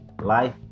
life